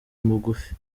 bugufi